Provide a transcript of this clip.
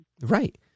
Right